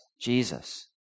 Jesus